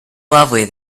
lovely